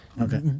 Okay